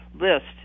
list